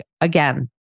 again